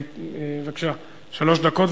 בבקשה, שלוש דקות.